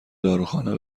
داروخانه